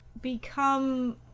become